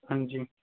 ਹਾਂਜੀ